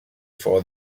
for